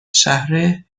شهر